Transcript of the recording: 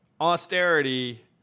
austerity